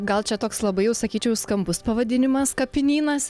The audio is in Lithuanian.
gal čia toks labai jau sakyčiau skambus pavadinimas kapinynas